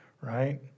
right